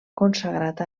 consagrat